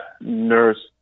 nurse